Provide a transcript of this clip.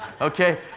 Okay